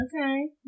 okay